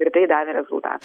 ir tai davė rezultatų